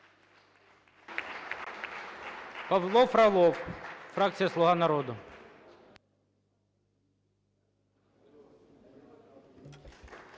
Павло Фролов, фракція "Слуга народу".